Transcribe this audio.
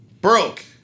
broke